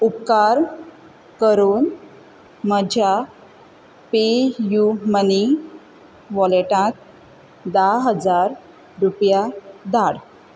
उपकार करून म्हज्या पे यू मनी वॉलेटांत धा हजार रुपया धाड